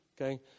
Okay